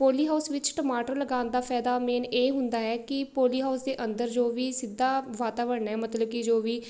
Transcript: poly house ਵਿੱਚ ਟਮਾਟਰ ਲਗਾਉਣ ਦਾ ਫਾਇਦਾ ਮੇਨ ਇਹ ਹੁੰਦਾ ਹੈ ਕਿ ਪੋਲੀ ਹਾਊਸ ਦੇ ਅੰਦਰ ਜੋ ਵੀ ਸਿੱਧਾ ਵਾਤਾਵਰਨ ਹੈ ਮਤਲਬ ਕਿ ਜੋ ਵੀ